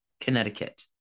Connecticut